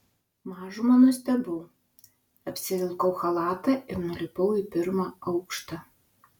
mažumą nustebau apsivilkau chalatą ir nulipau į pirmą aukštą